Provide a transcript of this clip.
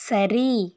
சரி